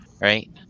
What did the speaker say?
right